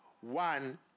one